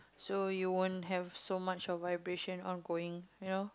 so you won't have so much of vibration ongoing you know